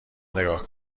نگاه